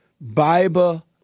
Bible